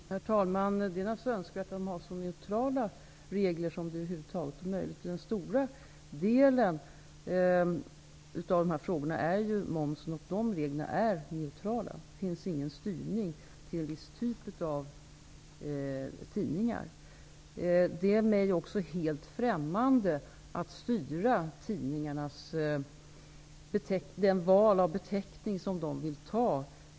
Herr talman! Det är naturligtvis önskvärt att reglerna är så neutrala som det över huvud taget är möjligt. Merparten av de här frågorna gäller momsen, och reglerna i det avseendet är neutrala. Det finns ingen styrning till en viss typ av tidningar. Det är mig också helt främmande att styra tidningarnas val av beteckning på sig själva.